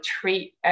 treat